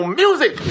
music